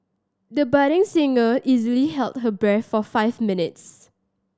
the budding singer easily held her breath for five minutes